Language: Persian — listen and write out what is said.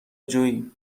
جویی